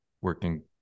working